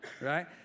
Right